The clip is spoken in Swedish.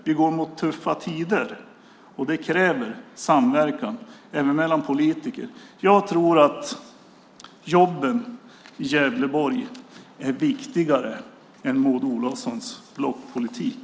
Vi går mot tuffa tider, och det kräver samverkan även mellan politiker. Jag tror att jobben i Gävleborg är viktigare än Maud Olofssons blockpolitik.